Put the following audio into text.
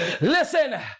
Listen